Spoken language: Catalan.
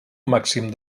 màxim